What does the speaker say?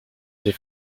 les